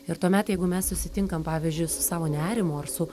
ir tuomet jeigu mes susitinkam pavyzdžiui su savo nerimu ar su